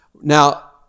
Now